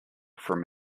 from